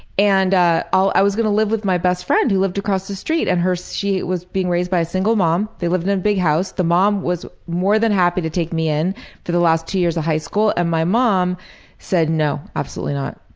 and i was going to live with my best friend who lived across the street. and she was being raised by a single mom, they lived in a big house, the mom was more than happy to take me in for the last two years of high school, and my mom said no, absolutely not.